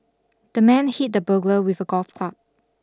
the man hit the burglar with a golf club